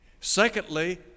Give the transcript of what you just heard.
secondly